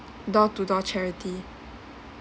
door to door charity